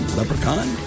Leprechaun